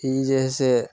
ई जे हइ से